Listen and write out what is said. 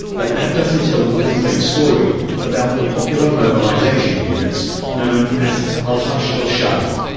but that doesn't tell the complete story about the popular mobilisation units known as al-hashd al-sha'bi.